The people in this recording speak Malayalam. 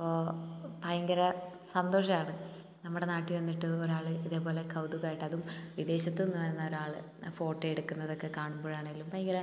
ഇപ്പോ ഭയങ്കര സന്തോഷാണ് നമ്മുടെ നാട്ടിൽ വന്നിട്ട് ഒരാൾ ഇതേപോലെ കൗതുകമായിട്ട് അതും വിദേശത്തു നിന്നു വരുന്ന ഒരാൾ ഫോട്ടോ എടുക്കുന്നതൊക്കെ കാണുമ്പോഴാണേലും ഭയങ്കര